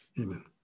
Amen